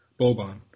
Boban